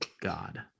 God